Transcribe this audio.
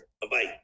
Bye-bye